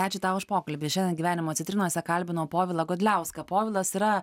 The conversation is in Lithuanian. ačiū tau už pokalbį šiandien gyvenimo citrinose kalbinau povilą godliauską povilas yra